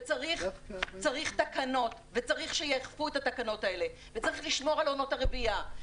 וצריך תקנות וצריך שיאכפו את התקנות האלה וצריך לשמור על עונות הרבייה.